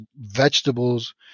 vegetables